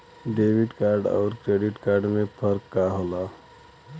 Debit card अउर credit card में का फर्क होला?